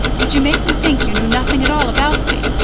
did you make me think you knew nothing at all about me.